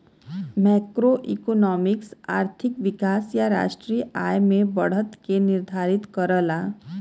macroeconomics आर्थिक विकास या राष्ट्रीय आय में बढ़त के निर्धारित करला